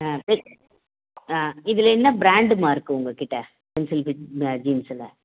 ஆ ஆ இதில் என்ன ப்ராண்டும்மா இருக்குது உங்கள் கிட்டே பென்சில் ஃபிட்டு ம ஜீன்ஸுல்